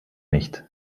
nicht